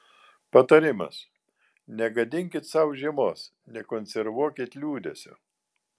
patarimas negadinkit sau žiemos nekonservuokit liūdesio